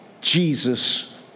Jesus